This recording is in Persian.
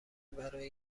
برای